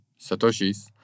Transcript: satoshis